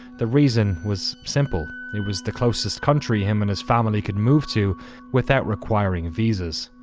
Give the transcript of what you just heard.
the reason was simple, it was the closest country him and his family could move to without requiring visas.